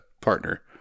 partner